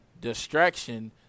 distraction